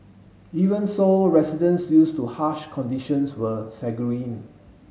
even so residents used to harsh conditions were sanguine